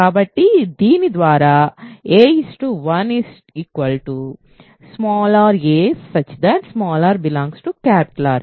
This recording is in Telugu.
కాబట్టి దీని ద్వారా a I r a r R